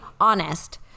honest